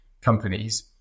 companies